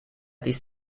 this